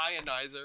ionizer